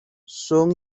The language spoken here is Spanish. son